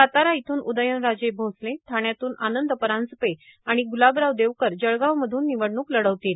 सातारा इथून उदयनराजे भोसले ठाण्यातून आनंद परांजपे आणि ग्लाबराव देवकर जळगावमध्न निवडणूक लढवतील